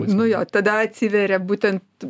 nu jo tada atsiveria būtent